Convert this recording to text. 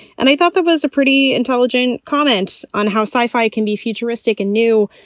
and i thought that was a pretty intelligent comment on how sci fi can be futuristic and new,